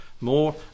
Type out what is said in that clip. more